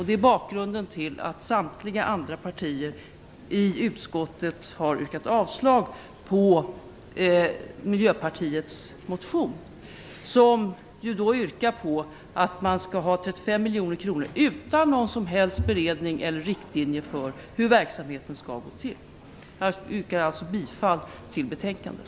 Det är bakgrunden till att majoriteten i utskottet har yrkat avslag på Miljöpartiets motion där man föreslår 35 miljoner kronor för EU-information utan att man har gjort någon som helst beredning eller kommit med någon riktlinje för hur verksamheten skall gå till. Jag yrkar bifall till hemställan i betänkandet.